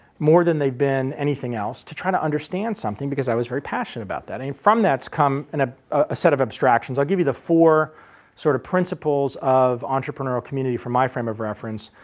more than they've been anything else to try to understand something, because i was very passionate about that. and from that's come and ah a set of abstractions, i'll give you the four sort of principals of entrepreneurial community from my frame of reference.